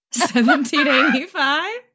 1785